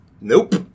Nope